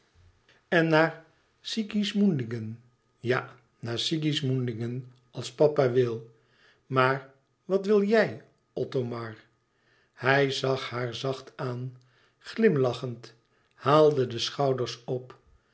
naar sigismundingen ja naar sigismundingen als papa wil maar wat wil jij othomar hij zag haar zacht aan glimlachend haalde de schouders op